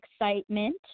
excitement